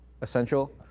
essential